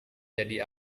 jadi